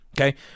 Okay